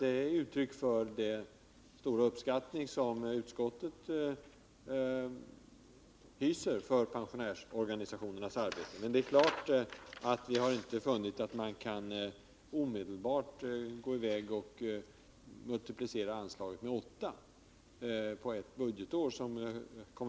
Detta är uttryck för den stora uppskattning som utskottet hyser för pensionärsorganisationernas arbete, men vi har naturligtvis inte funnit att man, som kommunisterna vill, omedelbart kan multiplicera anslaget med fem.